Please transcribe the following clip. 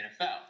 nfl